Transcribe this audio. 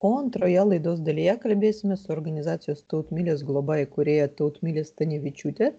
o antroje laidos dalyje kalbėsime su organizacijos tautmilės globa įkūrėja tautmile stanevičiūte